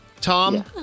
Tom